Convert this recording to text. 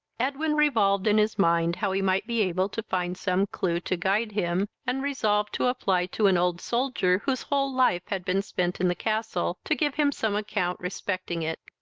edwin revolved in his mind how he might be able to find some clue to guide him, and resolved to apply to an old soldier, whose whole life had been spent in the castle, to give him some account respecting it.